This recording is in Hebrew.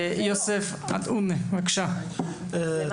בבקשה, חבר הכנסת יוסף עטאונה.